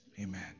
Amen